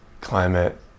climate